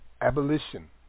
Abolition